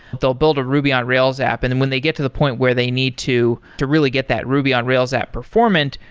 they'll build a ruby on rails app, and then when they get to the point where they need to to really get that ruby on rails at performant,